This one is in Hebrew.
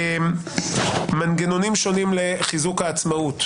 מנגנונים שונים לחיזוק העצמאות,